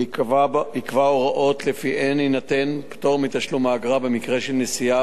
יקבע הוראות שלפיהן יינתן פטור מתשלום האגרה במקרה של נסיעה